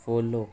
follow